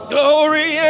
Glory